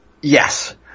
Yes